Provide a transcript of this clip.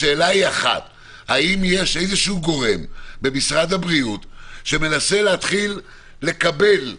השאלה היא אחת: האם יש איזשהו גורם במשרד הבריאות שמנסה להתחיל לקלוט